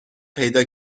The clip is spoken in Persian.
پیدا